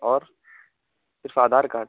اور اس کا آدھار کارڈ